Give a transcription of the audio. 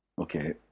Okay